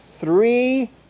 three